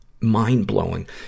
mind-blowing